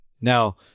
now